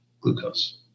glucose